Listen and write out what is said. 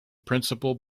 principle